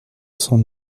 cent